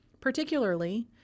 particularly